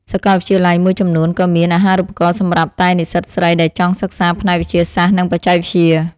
សាកលវិទ្យាល័យមួយចំនួនក៏មានអាហារូបករណ៍សម្រាប់តែនិស្សិតស្រីដែលចង់សិក្សាផ្នែកវិទ្យាសាស្ត្រនិងបច្ចេកវិទ្យា។